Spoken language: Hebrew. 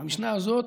המשנה הזאת,